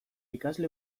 ikasle